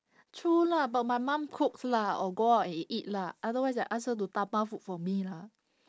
true lah but my mum cooks lah or go out and eat lah otherwise I ask her to dabao food for me lah